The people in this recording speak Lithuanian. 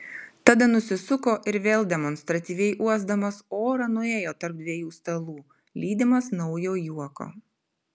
tada nusisuko ir vėl demonstratyviai uosdamas orą nuėjo tarp dviejų stalų lydimas naujo juoko